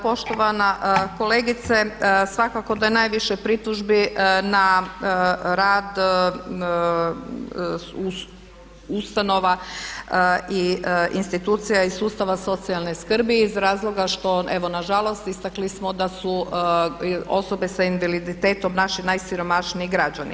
Poštovana kolegice, svakako da je najviše pritužbi na rad ustanova i institucija iz sustava socijalne skrbi iz razloga što evo nažalost istakli smo da su osobe sa invaliditetom naši najsiromašniji građani.